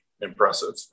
impressive